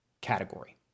category